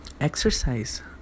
exercise